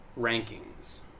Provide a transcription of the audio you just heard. rankings